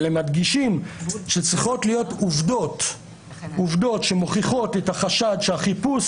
אבל הם מדגישים שצריכות להיות עובדות שמוכיחות את החשד שהחיפוש,